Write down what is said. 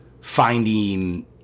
finding